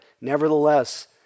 nevertheless